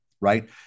right